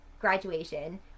graduation